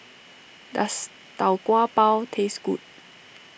does Tau Kwa Pau taste good